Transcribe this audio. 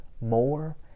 More